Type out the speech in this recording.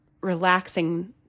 relaxing